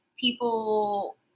people